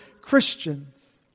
Christians